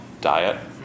diet